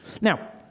Now